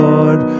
Lord